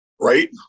right